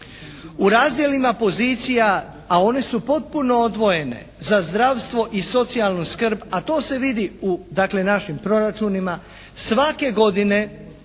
U razdjelima pozicija a one su potpuno odvojene za zdravstvo i socijalnu skrb, a to se vidi u dakle našim proračunima svake godine